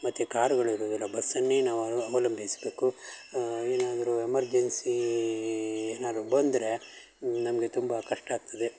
ಮತ್ತು ಕಾರುಗಳು ಇರುವುದಿಲ್ಲ ಬಸ್ಸನ್ನೇ ನಾವು ಅವ್ ಅವಲಂಬಿಸಬೇಕು ಏನಾದರೂ ಎಮರ್ಜೆನ್ಸೀ ಏನಾದ್ರೂ ಬಂದರೆ ನಮಗೆ ತುಂಬ ಕಷ್ಟ ಆಗ್ತದೆ